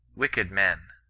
wicked men!